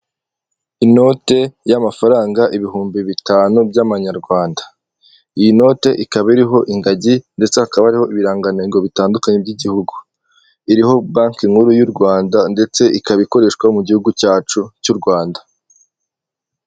Inoti y'amafaranga ibihumbi bitanu by'amanyarwanda iyi noti ikaba iriho ingajyi ndetse n'ibiranga ntego bitandukanye by'igihugu iriho banki nkuru y'igihugu ndetse ikaba ikoreshwa no mugihugu cyacu cy'Urwanda.